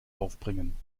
aufbringen